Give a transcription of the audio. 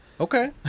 okay